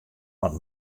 want